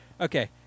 okay